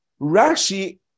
Rashi